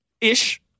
Ish